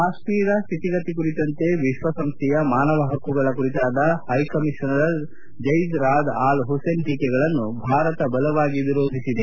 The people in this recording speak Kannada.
ಕಾಶ್ಮೀರ ಸ್ವಿತಿಗತಿ ಕುರಿತಂತೆ ವಿಶ್ವಸಂಸ್ವೆಯ ಮಾನವ ಹಕ್ಕುಗಳ ಕುರಿತಾದ high commissioner Zeid Ra'ad Al Hussein ಟೀಕೆಗಳನ್ನು ಭಾರತ ಬಲವಾಗಿ ವಿರೋಧಿಸಿದೆ